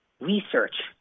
research